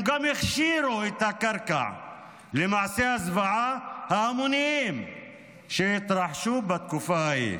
הם גם הכשירו את הקרקע למעשי הזוועה ההמוניים שהתרחשו התקופה ההיא.